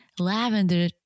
lavender